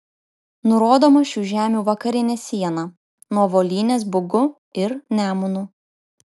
nurodoma šių žemių vakarinė siena nuo volynės bugu ir nemunu